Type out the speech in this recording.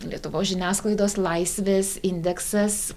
lietuvos žiniasklaidos laisvės indeksas